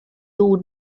old